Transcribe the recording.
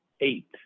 eight